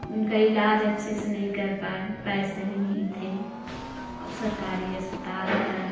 उनका इलाज अच्छे से नहीं कर पाएँ पैसे भी नहीं थे औ सरकारी अस्पताल में था